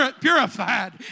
purified